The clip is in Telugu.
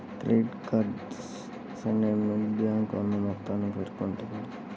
క్రెడిట్ కార్డ్ స్టేట్మెంట్ బాకీ ఉన్న మొత్తాన్ని పేర్కొంటుంది